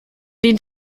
den